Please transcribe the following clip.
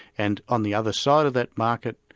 and on the other side of that market,